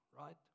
right